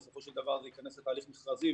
בסופו של דבר זה ייכנס להליך מכרזי.